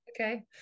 okay